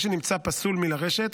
מי שנמצא פסול מלרשת,